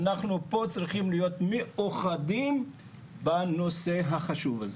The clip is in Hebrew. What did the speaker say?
אנחנו פה צריכים להיות מאוחדים בנושא החשוב הזה.